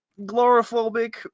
glorophobic